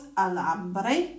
alambre